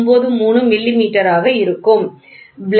1493 மில்லிமீட்டராக இருக்கும் சரி